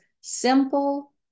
simple